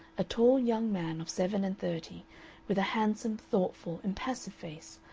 a tall young man of seven-and-thirty with a handsome, thoughtful, impassive face,